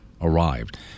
arrived